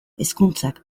hezkuntzak